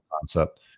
concept